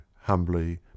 humbly